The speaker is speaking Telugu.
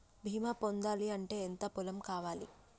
బీమా పొందాలి అంటే ఎంత పొలం కావాలి?